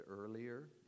earlier